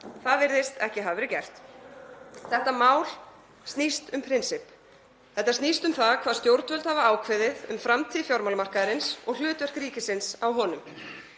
Það virðist ekki hafa verið gert. Þetta mál snýst um prinsipp. Þetta snýst um það hvað stjórnvöld hafa ákveðið um framtíð fjármálamarkaðarins og hlutverk ríkisins á honum.